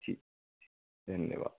जी धन्यवाद